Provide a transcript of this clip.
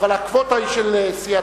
אבל הקווטה היא של סיעתך,